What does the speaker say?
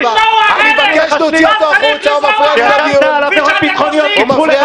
על עבירות ביטחוניות.